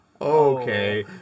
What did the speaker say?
Okay